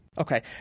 Okay